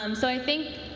um so i think,